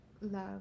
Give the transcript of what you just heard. love